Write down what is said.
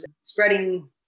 spreading